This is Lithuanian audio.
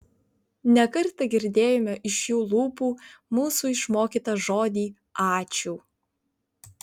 ne kartą girdėjome iš jų lūpų mūsų išmokytą žodį ačiū